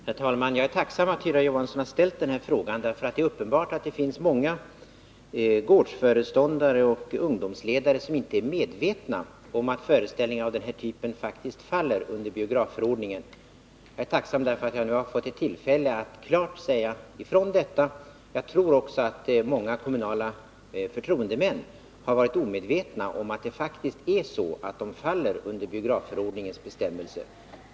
Herr talman! Jag är tacksam att Tyra Johansson har ställt den här frågan, därför att det är uppenbart att det finns många gårdsföreståndare och ungdomsledare som inte är medvetna om att föreställningar av den här typen faktiskt faller under biografförordningen. Jag är tacksam att ha fått tillfälle att klart säga detta. Jag tror också att många kommunala förtroendemän har varit omedvetna om att visningarna faller under biografförordningens bestämmelser.